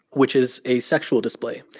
which is a sexual display.